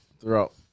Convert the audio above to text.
throughout